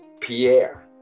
Pierre